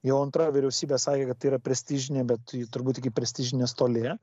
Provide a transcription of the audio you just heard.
jau antra vyriausybė sakė kad tai yra prestižinė bet turbūt iki prestižinės toli